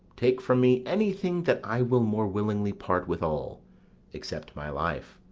take from me anything that i will more willingly part withal except my life,